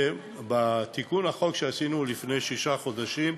בתיקון לחוק שעשינו לפני שישה חודשים,